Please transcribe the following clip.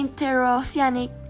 interoceanic